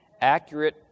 accurate